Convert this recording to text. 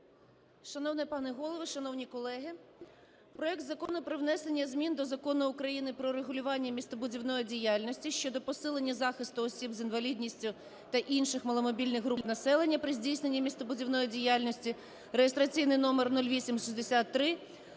Шановний пане Голово, шановні колеги! Проект Закону про внесення змін до Закону України "Про регулювання містобудівної діяльності" (щодо посилення захисту осіб з інвалідністю та інших маломобільних груп населення при здійсненні містобудівної діяльності) (реєстраційний номер 0863)